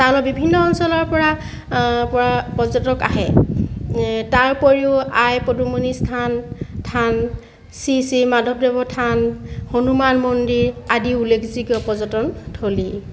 বিভিন্ন অঞ্চলৰ পৰা পৰ্য্যটক আহে তাৰ উপৰিও আই পদুমণি স্থান থান শ্ৰী শ্ৰী মাধৱদেৱৰ থান হনুমান মন্দিৰ আদি উল্লেখযোগ্য পৰ্য্যটন থলী